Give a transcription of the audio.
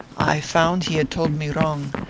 i found he had told me wrong,